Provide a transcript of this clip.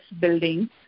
building